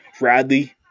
Radley